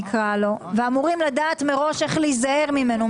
נקרא לו כך, ואמורים לדעת מראש איך להיזהר ממנו.